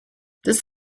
this